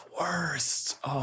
worst